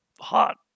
hot